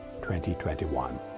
2021